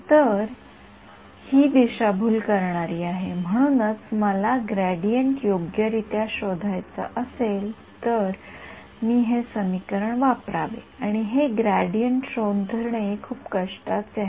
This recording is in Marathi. तर ही दिशाभूल करणारी आहे म्हणून जर मला ग्रेडीयंट योग्यरित्या शोधायचा असेल तर मी हे समीकरण वापरावे आणि हे ग्रेडियंट शोधणे खूप कष्टाचे आहे